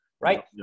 right